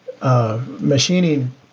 Machining